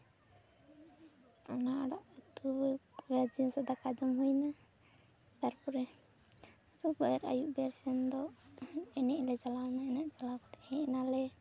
ᱚᱱᱟ ᱟᱲᱟᱜ ᱩᱛᱩ ᱠᱚ ᱥᱟᱞᱟᱜ ᱫᱟᱠᱟ ᱡᱚᱢ ᱦᱩᱭᱮᱱᱟ ᱛᱟᱨᱯᱚᱨᱮ ᱟᱫᱚ ᱟᱹᱭᱩᱵ ᱵᱮᱨ ᱥᱮᱱ ᱫᱚ ᱮᱱᱮᱡ ᱞᱮ ᱪᱟᱞᱟᱣᱱᱟ ᱮᱱᱮᱡ ᱪᱟᱞᱟᱣ ᱠᱟᱛᱮ ᱦᱮᱡᱱᱟᱞᱮ